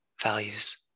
values